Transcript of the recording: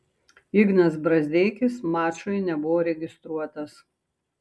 ignas brazdeikis mačui nebuvo registruotas